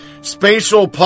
spatial